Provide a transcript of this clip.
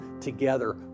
together